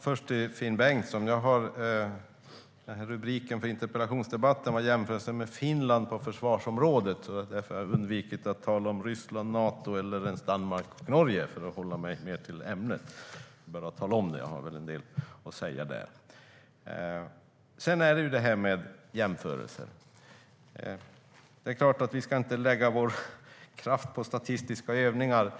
Fru talman! Interpellationens rubrik är "Jämförelser med Finland på försvarsområdet", Finn Bengtsson. För att hålla mig till ämnet har jag därför undvikit att tala om Ryssland och Nato eller ens om Danmark och Norge, även om jag har en del att säga där. När det gäller jämförelser ska vi inte lägga vår kraft på statistiska övningar